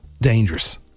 dangerous